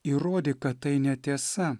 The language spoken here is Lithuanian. įrodyk kad tai netiesa